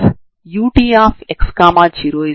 ఇక్కడ దీనిని మనం పూర్తి డొమైన్ లో పరిష్కరించలేము